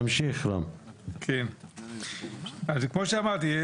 כמו שאמרתי,